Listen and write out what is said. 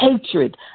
hatred